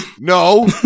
No